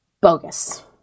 Bogus